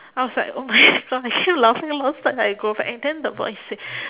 I was like oh my gosh I keep laughing laugh until I go back and then the boys said